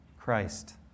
Christ